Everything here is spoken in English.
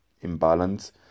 imbalance